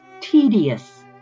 tedious